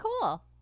cool